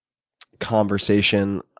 conversation,